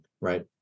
right